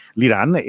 l'Iran